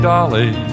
Dolly